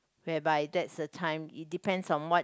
whereby that's a time it depends on what